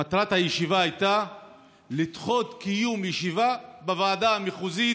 מטרת הישיבה הייתה לדחות קיום ישיבה בוועדה המחוזית